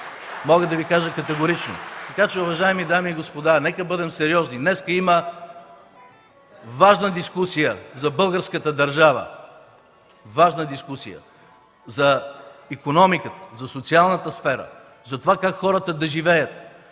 мога да Ви го кажа категорично. Уважаеми дами и господа, нека да бъдем сериозни. Днес има важна дискусия за българската държава, важна дискусия за икономиката, за социалната сфера, как да живеят